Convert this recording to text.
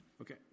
Okay